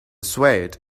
swayed